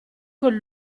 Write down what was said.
con